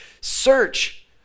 search